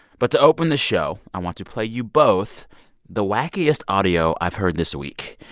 but to open the show, i want to play you both the wackiest audio i've heard this week.